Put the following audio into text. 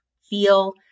feel